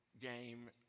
game